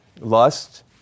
Lust